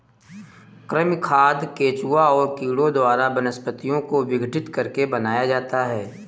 कृमि खाद केंचुआ और कीड़ों द्वारा वनस्पतियों को विघटित करके बनाया जाता है